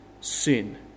sin